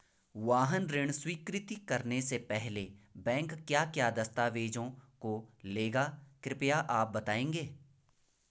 वाहन ऋण स्वीकृति करने से पहले बैंक क्या क्या दस्तावेज़ों को लेगा कृपया आप बताएँगे?